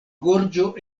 gorĝo